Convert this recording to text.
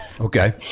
okay